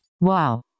Wow